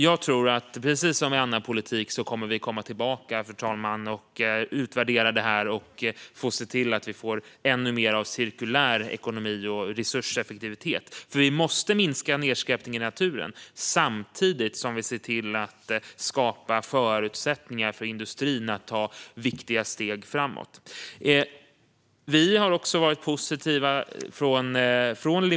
Jag tror att vi kommer att komma tillbaka, precis som med annan politik, och utvärdera det här och se till att vi får ännu mer av cirkulär ekonomi och resurseffektivitet. Vi måste minska nedskräpningen i naturen samtidigt som vi ser till att skapa förutsättningar för industrin att ta viktiga steg framåt.